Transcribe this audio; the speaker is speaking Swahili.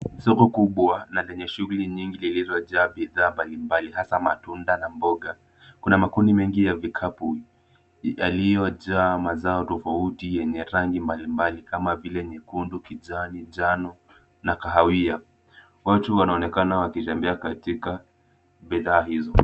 Soko kubwa na lenye shughuli nyingi lililojaa bidhaa mbali mbali hasa matunda na mboga. Kuna makuni mengi ya vikapu yaliyojaa mazao tofauti yenye rangi mbali mbali kama vile nyekundu, kijani, njano na kahawia. Watu wanaonekana wakitembea katika bidhaa hizo.